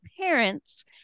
parents